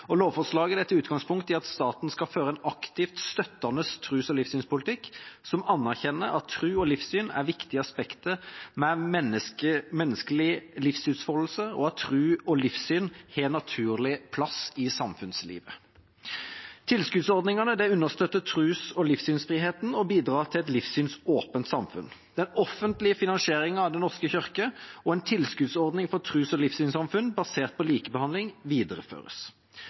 og lovforslaget tar utgangspunkt i at staten skal føre en aktiv, støttende tros- og livssynspolitikk som anerkjenner at tro og livssyn er viktige aspekter ved menneskelig livsutfoldelse, og at tro og livssyn har en naturlig plass i samfunnslivet. Tilskuddsordningene understøtter tros- og livssynsfriheten og bidrar til et livssynsåpent samfunn. Den offentlige finansieringen av Den norske kirke og en tilskuddsordning for tros- og livssynssamfunn basert på likebehandling videreføres.